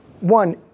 one